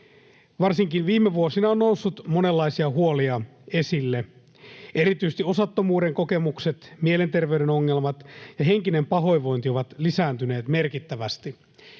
Varsinkin viime vuosina on noussut monenlaisia huolia esille. Erityisesti osattomuuden kokemukset, mielenterveyden ongelmat ja henkinen pahoinvointi ovat lisääntyneet merkittävästi.